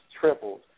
tripled